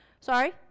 Sorry